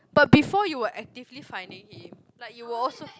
but before you're actively finding him like you also